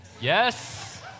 Yes